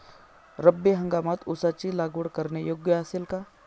रब्बी हंगामात ऊसाची लागवड करणे योग्य असेल का?